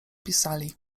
pisali